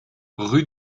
rue